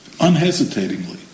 unhesitatingly